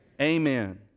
Amen